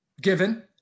given